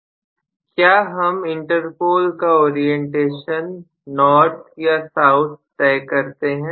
विद्यार्थी क्या हम इंटरपोल का ओरिएंटेशन N या S तय करते हैं